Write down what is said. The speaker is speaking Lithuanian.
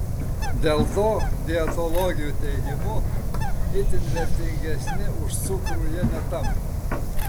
dėl to dietologių teigimu itin vertingesni už cukrų jie netampa